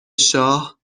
شاه